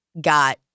got